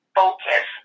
focus